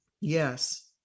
Yes